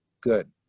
good